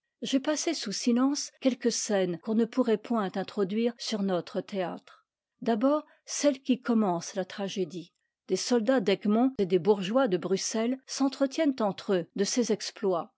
j'ai passé sous silence quelques scènes qu'on ne pourrait point introduire sur notre théâtre d'abord celle qui commence la tragédie des soldats d'egmont et des bourgeois de bruxelles s'entretiennent entre eux de ses exploits